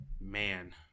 man